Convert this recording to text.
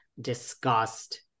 discussed